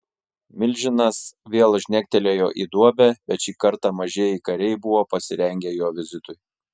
milžinas vėl žnektelėjo į duobę bet šį kartą mažieji kariai buvo pasirengę jo vizitui